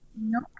no